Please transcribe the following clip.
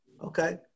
Okay